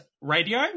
Radio